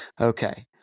Okay